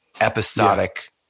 episodic